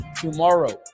tomorrow